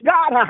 God